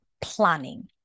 planning